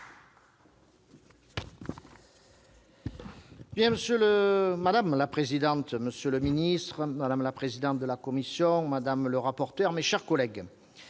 Madame la présidente, monsieur le ministre, madame la présidente de la commission, madame le rapporteur, mes chers collègues,